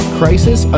crisis